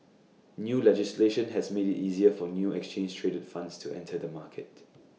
new legislation has made IT easier for new exchange traded funds to enter the market